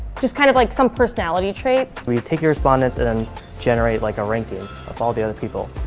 just kind of like some personality traits we you take your respondents and um generate like a ranking of all the other people.